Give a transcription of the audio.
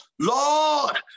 Lord